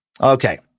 Okay